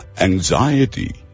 Anxiety